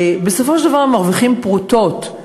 שבסופו של דבר מרוויחים פרוטות,